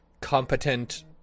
competent